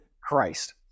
Christ